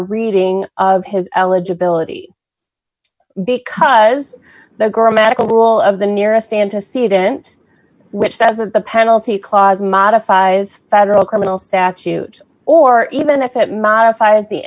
reading of his eligibility because the girl medical rule of the nearest antecedent which doesn't the penalty clause modifies federal criminal statute or even if it modifies the